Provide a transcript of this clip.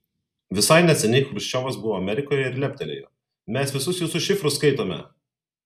visai neseniai chruščiovas buvo amerikoje ir leptelėjo mes visus jūsų šifrus skaitome